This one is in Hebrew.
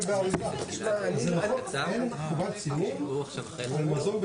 מקום שיש איזה עו"ד שינצל איזה פסקה בחוק ואנחנו נלך לאיבוד.